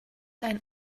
ein